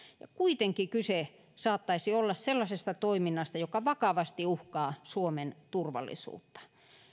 ja kuitenkin kyse saattaisi olla sellaisesta toiminnasta joka vakavasti uhkaa suomen turvallisuutta